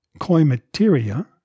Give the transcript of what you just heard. coimateria